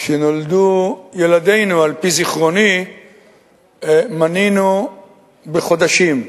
כשנולדו ילדינו, על-פי זיכרוני מנינו בחודשים,